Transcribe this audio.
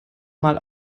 mal